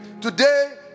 Today